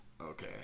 okay